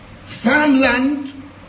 Farmland